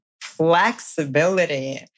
flexibility